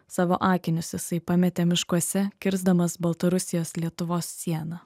savo akinius jisai pametė miškuose kirsdamas baltarusijos lietuvos sieną